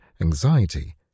anxiety